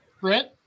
Brent